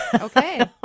Okay